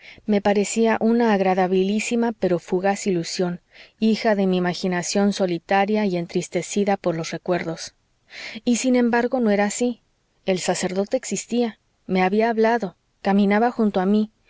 me parecía una agradabilísima pero fugaz ilusión hija de mi imaginación solitaria y entristecida por los recuerdos y sin embargo no era así el sacerdote existía me había hablado caminaba junto a mí